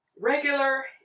regular